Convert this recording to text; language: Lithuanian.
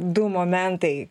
du momentai